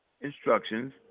instructions